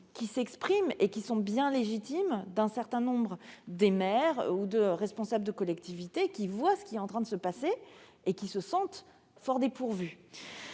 aux inquiétudes légitimes d'un certain nombre de maires ou de responsables de collectivités qui voient ce qui est en train de se passer et qui se sentent fort dépourvus.